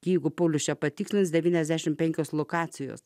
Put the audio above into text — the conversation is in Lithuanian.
jeigu polius čia pat tikslas devyniasdešimt penkios lokacijos